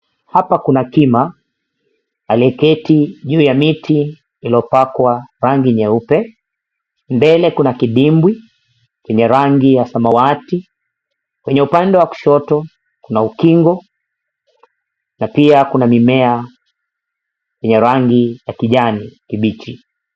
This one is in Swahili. Hapa kuna tima aliyeketi juu ya miti iliyopakwa rangi 𝑛𝑦eupe. Mbele kuna kidimbwi chenye rangi ya samawati. Kwenye upande wa kushoto kuna ukingo na pia kuna mimea ya rangi ya kijani kibichi.